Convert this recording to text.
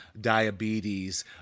diabetes